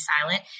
silent